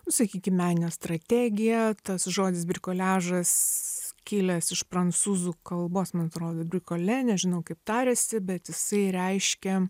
sakykim meninė strategija tas žodis brikoliažas kilęs iš prancūzų kalbos man atrodo brikole nežinau kaip tariasi bet jisai reiškia